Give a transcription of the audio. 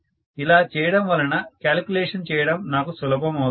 ఇలా చేయడం వల్ల క్యాలిక్యులేషన్ చేయడం నాకు సులభం అవుతుంది